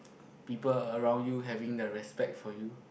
people around you having the respect for you